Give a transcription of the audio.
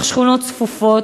בתוך שכונות צפופות,